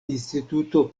instituto